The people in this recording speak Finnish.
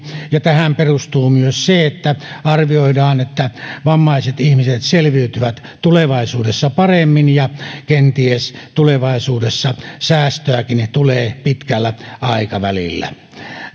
tähän perustuu myös se että arvioidaan että vammaiset ihmiset selviytyvät tulevaisuudessa paremmin ja kenties tulevaisuudessa säästöäkin tulee pitkällä aikavälillä